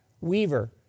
Weaver